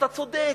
אתה צודק,